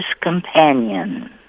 companion